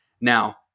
Now